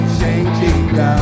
changing